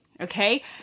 Okay